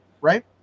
right